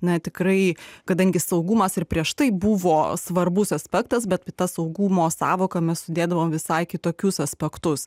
na tikrai kadangi saugumas ir prieš tai buvo svarbus aspektas bet į tą saugumo sąvoką mes sudėdavom visai kitokius aspektus